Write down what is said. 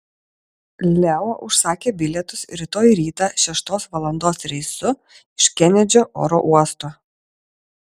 leo užsakė bilietus rytoj rytą šeštos valandos reisu iš kenedžio oro uosto